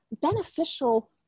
beneficial